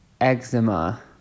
Eczema